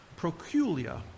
Proculia